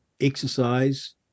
exercise